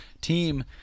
team